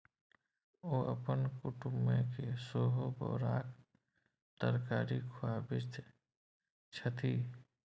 ओ अपन कुटुमके सेहो बोराक तरकारी खुआबै छथि